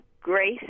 grace